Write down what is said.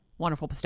wonderful